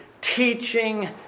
teaching